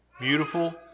beautiful